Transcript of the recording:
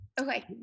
Okay